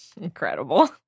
Incredible